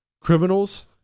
criminals